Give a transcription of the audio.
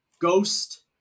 Ghost